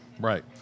Right